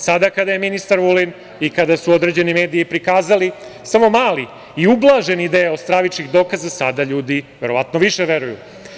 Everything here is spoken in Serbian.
Sada kada je ministar Vulin i kada su određeni mediji prikazali samo mali i ublaženi deo stravičnih dokaza, sada ljudi, verovatno, više veruju.